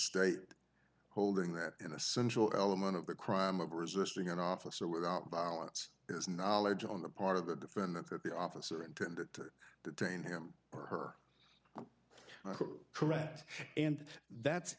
state holding that an essential element of the crime of resisting an officer without violence is knowledge on the part of the defendant that the officer intended to detain him or her correct and that's